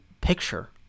picture